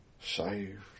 saved